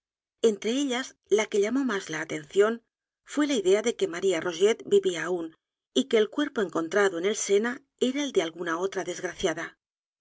entre ellas la que llamó más la atención fué la idea de que maría rogét vivía aún y que el cuerpo encontrado en el sena era el de alguna otra desgraciada